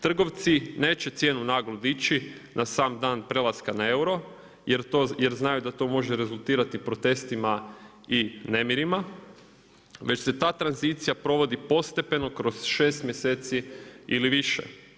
Trgovci neće cijenu naglo dići, na sam dan prelaska na euro, jer znaju da to može rezultirati protestima i nemirima, već se ta tranzicija provodi postepeno kroz 6 mjeseci ili više.